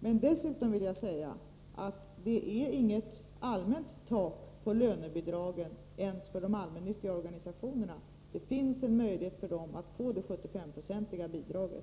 denna. Det är inget allmänt tak på lönebidragen ens för de allmännyttiga organisationerna. Det finns en möjlighet för dem att få det 75-procentiga bidraget.